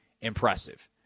impressive